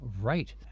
Right